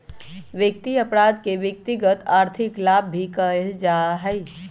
वित्त अपराध के व्यक्तिगत आर्थिक लाभ ही ला कइल जा हई